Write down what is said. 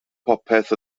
popeth